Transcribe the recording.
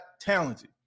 talented